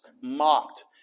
mocked